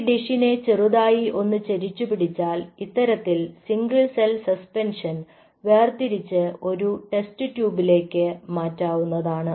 ഈ ഡിഷിനെ ചെറുതായി ഒന്ന് ചരിച്ചു പിടിച്ചാൽ ഇത്തരത്തിൽ സിംഗിൾ സെൽ സസ്പെൻഷൻ വേർതിരിച്ച് ഒരു ടെസ്റ്റ് ട്യൂബ് ലേക്ക് മാറ്റാവുന്നതാണ്